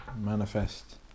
Manifest